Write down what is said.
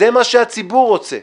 זה מה שהציבור רוצה.